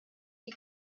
die